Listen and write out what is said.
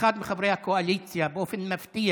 שאחד מחברי הקואליציה, באופן מפתיע,